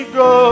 go